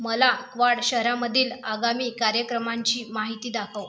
मला क्वाड शहरामधील आगामी कार्यक्रमांची माहिती दाखव